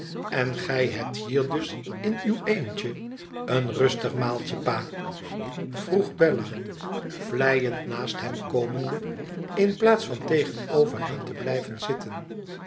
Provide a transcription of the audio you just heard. len gij hebt hier dus in uw eentje een rustig maaltje pa vroeg belia vleiend naast hem komende in plaats van tegenover hem te blijven zitten